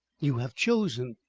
you have chosen.